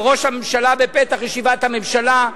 וראש הממשלה בפתח ישיבת הממשלה.